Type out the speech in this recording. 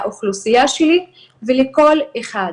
לאוכלוסייה שלי ולכל אחד.